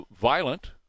violent